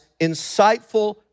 insightful